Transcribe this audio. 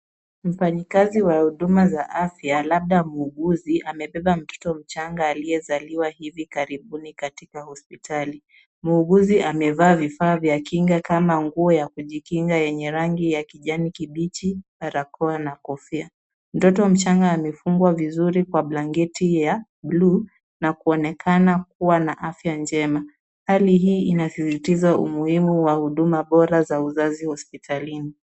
Mfanyikazi wa huduma za afya labda muuguzi amebeba mtoto mchanga aliyezaliwa hivi karibuni katika hospitali. Muuguzi amevaa vifaa vya kinga kama nguo ya kujikinga yenye rangi ya kijani kibichi, barakoa na kofia. Mtoto mchanga amefungwa vizuri kwa blanketi ya buluu na kuonekana kuwa na afya njema. Hali hii inasisitiza umuhimu wa huduma bora za uzazi hospitalini.